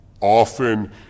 Often